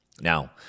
Now